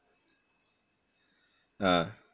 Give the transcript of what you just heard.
ah